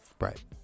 Right